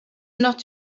not